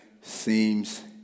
seems